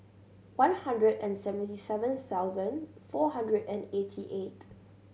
one hundred and seventy seven thousand four hundred and eighty eight